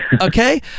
okay